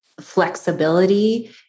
flexibility